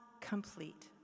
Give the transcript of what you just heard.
complete